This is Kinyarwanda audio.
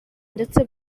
ndetse